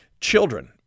Children